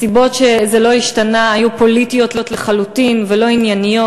הסיבות שזה לא השתנה היו פוליטיות לחלוטין ולא ענייניות.